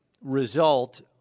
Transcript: result